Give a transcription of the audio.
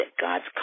God's